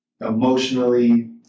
emotionally